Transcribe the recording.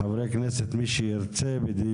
מי שירצה מחברי